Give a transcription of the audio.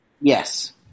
Yes